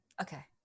Okay